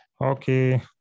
Okay